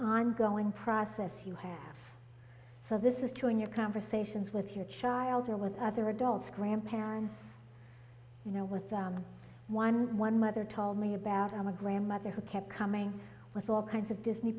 ongoing process you have so this is during your conversations with your child or with other adults grandparents you know with the one on one mother told me about i'm a grandmother who kept coming with all kinds of disney